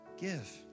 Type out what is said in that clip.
Give